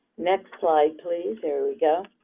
next slide please. there we go.